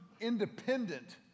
independent